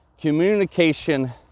communication